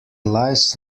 lies